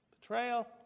Betrayal